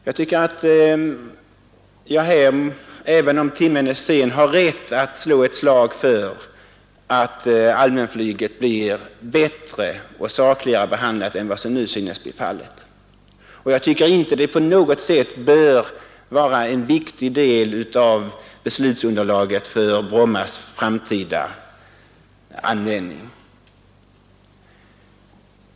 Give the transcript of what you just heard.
Jag tycker att jag, även om timmen är sen, har rätt att slå ett slag för att allmänflyget blir bättre och sakligare behandlat än vad som nu synes bli fallet. Jag tycker att det på något sätt bör vara en viktig del av beslutsunderlaget för Brommas framtida användning.